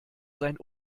sein